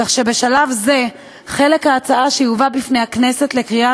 כך שבשלב זה חלק ההצעה שיובא בפני הכנסת לקריאה